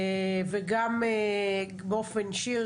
וגם באופן אישי,